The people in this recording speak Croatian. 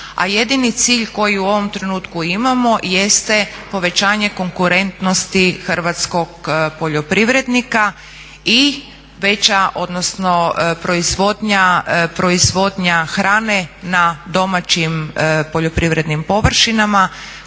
A jedini cilj koji u ovom trenutku imamo jeste povećanje konkurentnosti hrvatskog poljoprivrednika i veća odnosno proizvodnja hrane na domaćim poljoprivrednim površinama